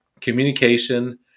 Communication